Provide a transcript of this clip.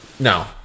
No